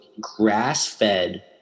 grass-fed